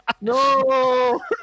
no